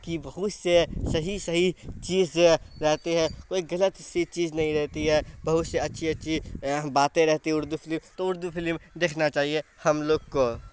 کہ بہت سے صحیح صحیح چیز رہتی ہے کوئی غلط سی چیز نہیں رہتی ہے بہت سی اچھی اچھی باتیں رہتی اردو فلم تو اردو فلم دیکھنا چاہیے ہم لوگ کو